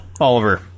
Oliver